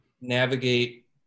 navigate